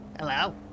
Hello